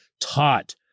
taught